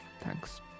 thanks